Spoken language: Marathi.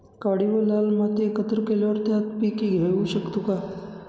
काळी व लाल माती एकत्र केल्यावर त्यात पीक घेऊ शकतो का?